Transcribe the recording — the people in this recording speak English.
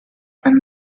and